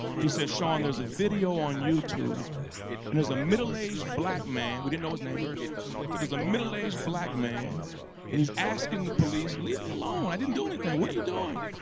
he said, shaun, there's a video on youtube and there's a middle aged black man, we didn't know his name. said there's a middle aged black man and he's asking the police, leave me alone. i didn't do anything. what are you doing?